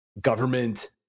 government